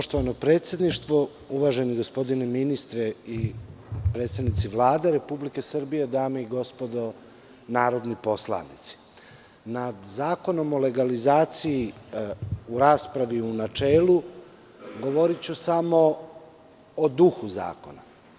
Poštovano predsedništvo, uvaženi gospodine ministre i predstavnici Vlade Republike Srbije, dame i gospodo narodni poslanici, nad Zakonom o legalizaciji u raspravi u načelu govoriću samo o duhu zakona.